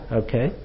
okay